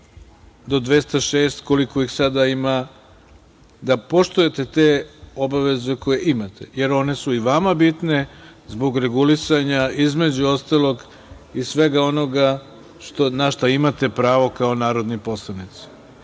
do 206, koliko ih sada ima, da poštujete te obaveze koje imate, jer one su i vama bitne, zbog regulisanja, između ostalog i svega onoga na šta imate pravo kao narodni poslanici.